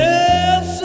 Yes